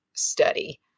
study